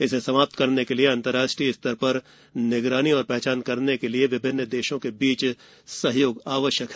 इसे समाप्त करने के लिए अंतर्राष्ट्रीय स्तर पर निगरानी और पहचान करने के लिए विभिन्न देशों के बीच सहयोग आवश्यक है